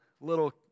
little